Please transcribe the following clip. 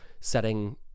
setting